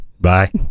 Bye